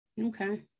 okay